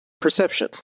perception